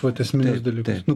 vat esminius dalykus nu